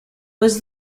was